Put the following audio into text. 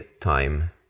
time